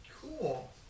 cool